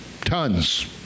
Tons